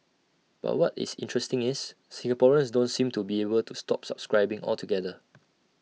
but what is interesting is Singaporeans don't seem to be able to stop subscribing altogether